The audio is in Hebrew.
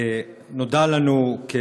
נודע לנו כי